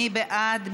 מי בעד?